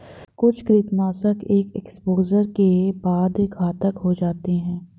कुछ कृंतकनाशक एक एक्सपोजर के बाद घातक हो जाते है